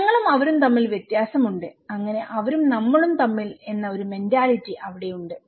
ഞങ്ങളും അവരും തമ്മിൽ വ്യത്യാസമുണ്ട് അങ്ങനെ അവരും നമ്മളും തമ്മിൽ എന്ന ഒരു മെന്റാലിറ്റി അവിടെ ഉണ്ട്